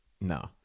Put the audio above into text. No